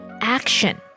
action